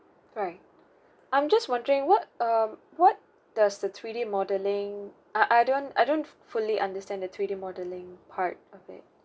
right I'm just wondering what um what does the three D modelling I I don't I don't fu~ fully understand the three D modelling part of it